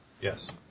Yes